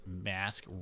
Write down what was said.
Mask